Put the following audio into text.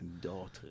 Daughter